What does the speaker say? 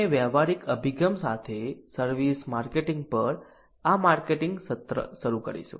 અમે વ્યવહારિક અભિગમ સાથે સર્વિસ માર્કેટિંગ પર આ માર્કેટિંગ સત્ર શરૂ કરીશું